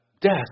death